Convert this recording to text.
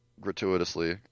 gratuitously